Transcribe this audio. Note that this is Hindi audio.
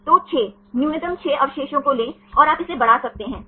तो 6 न्यूनतम 6 अवशेषों को लें और आप इसे बढ़ा सकते हैं